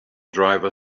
driver